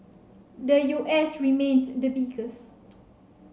the U S remained the biggest